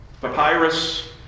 papyrus